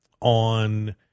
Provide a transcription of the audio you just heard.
on